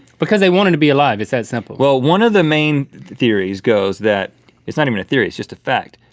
because they want him to be alive. it's that simple. well, one of the main theories. goes that it's not even a theory. it's just a fact.